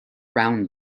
around